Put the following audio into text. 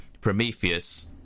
prometheus